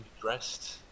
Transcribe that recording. dressed